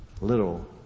little